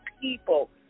people